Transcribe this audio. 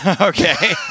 Okay